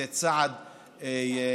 זה צעד חיובי,